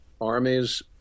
armies